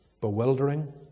bewildering